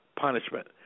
punishment